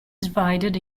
divided